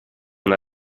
una